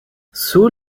sue